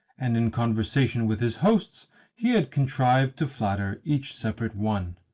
and in conversation with his hosts he had contrived to flatter each separate one.